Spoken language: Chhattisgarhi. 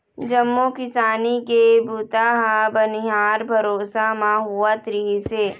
जम्मो किसानी के बूता ह बनिहार भरोसा म होवत रिहिस हे